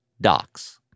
docs